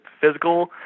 physical